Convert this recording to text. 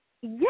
yes